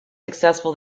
successful